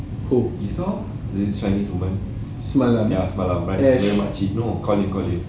who you saw semalam ash